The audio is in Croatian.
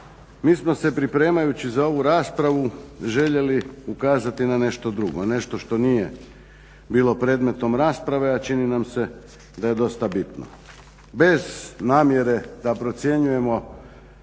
Mi smo se pripremajući za ovu raspravu željeli ukazati na nešto drugo, nešto što nije bilo predmetom rasprave a čini nam se da je dosta bitno. Bez namjere da procjenjujemo